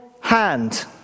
hand